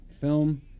film